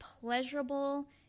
pleasurable